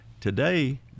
Today